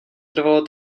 trvalo